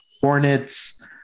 Hornets